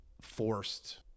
forced